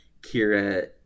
Kira